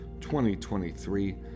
2023